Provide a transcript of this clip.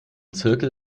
zirkel